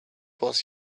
was